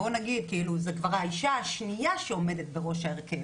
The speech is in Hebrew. וזו כבר האישה השנייה שעומדת בראש ההרכב,